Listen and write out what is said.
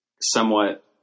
somewhat